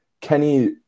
Kenny